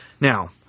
Now